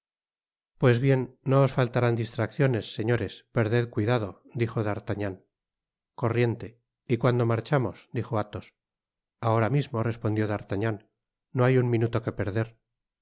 pues bien no os faltarán distracciones señores perded cuidado dijo d'artagnan corriente y cuándo marchamos dijo athos ahora mismo respondió d'artagnan no hay un minuto que perder